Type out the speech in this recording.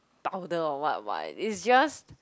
powder or [what] [what] it's just